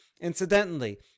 Incidentally